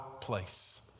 place